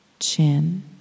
chin